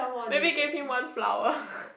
maybe give him one flower